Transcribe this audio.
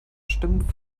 stimmen